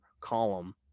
column